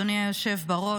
אדוני היושב בראש,